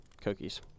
cookies